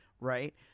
Right